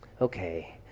okay